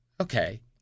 okay